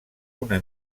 una